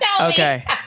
Okay